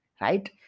right